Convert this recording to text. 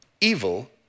Evil